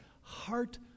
heart